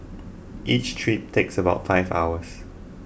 each trip takes about five hours